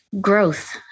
growth